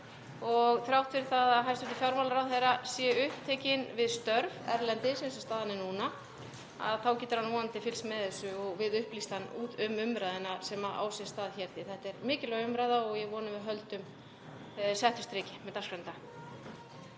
og þrátt fyrir að hæstv. fjármálaráðherra sé upptekinn við störf erlendis eins og staðan er núna þá getur hann vonandi fylgst með þessu og við upplýst hann um umræðuna sem á sér stað hér. Þetta er mikilvæg umræða og ég vona að við höldum settu striki með dagskrána